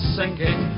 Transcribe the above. sinking